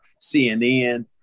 CNN